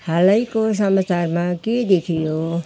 हालैको समाचारमा के देखियो